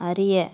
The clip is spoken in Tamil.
அறிய